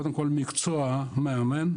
קודם כל מקצוע מאמן,